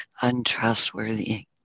untrustworthy